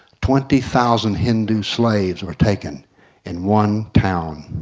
twenty thousand hindu slaves were taken in one town.